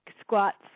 squats